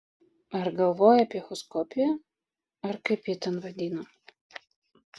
ar galvojai apie echoskopiją ar kaip jie ten vadina